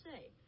say